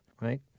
right